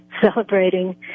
celebrating